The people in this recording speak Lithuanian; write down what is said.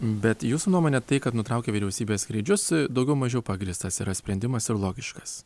bet jūsų nuomone tai kad nutraukė vyriausybė skrydžius daugiau mažiau pagrįstas yra sprendimas ir logiškas